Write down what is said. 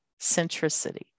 centricity